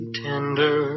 tender